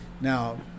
now